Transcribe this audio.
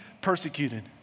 persecuted